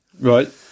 Right